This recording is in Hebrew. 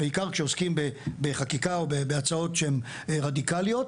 בעיקר כשעוסקים בחקיקה או בהצעות שהן רדיקליות.